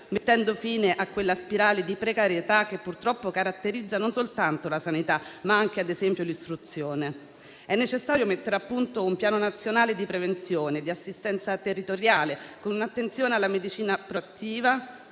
mettendo fine a quella spirale di precarietà che purtroppo caratterizza non soltanto la sanità, ma anche ad esempio l'istruzione. È necessario mettere a punto un piano nazionale di prevenzione e di assistenza territoriale, con un'attenzione alla medicina proattiva